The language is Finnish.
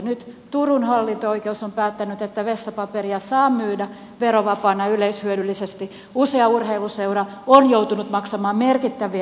nyt turun hallinto oikeus on päättänyt että vessapaperia saa myydä verovapaana yleishyödyllisesti usea urheiluseura on joutunut maksamaan merkittäviä veroja